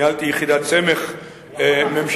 ניהלתי יחידת סמך ממשלתית.